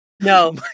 No